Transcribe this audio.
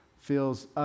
feels